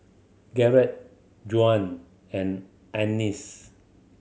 Garret Juan and Annis